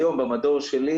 היום במדור שלי,